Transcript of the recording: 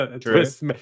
twist